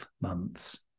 months